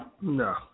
No